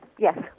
Yes